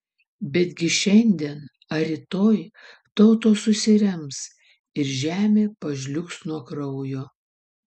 betgi šiandien ar rytoj tautos susirems ir žemė pažliugs nuo kraujo